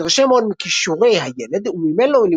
שהתרשם מאוד מכישורי הילד ומימן לו